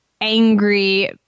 angry